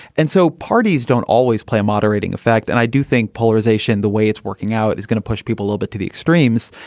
and so parties don't always play a moderating effect. and i do think polarization, the way it's working out, is going to push people a little bit to the extremes.